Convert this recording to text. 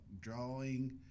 drawing